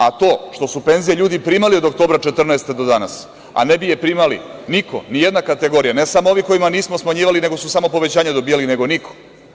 A, to što su penzije ljudi primali od oktobra 2014. godine do danas, a ne bi je primali, niko, nijedna kategorija, ne samo ovi kojima nismo smanjivali, nego su samo povećanja dobijali, nego niko.